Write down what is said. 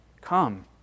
come